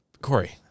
Corey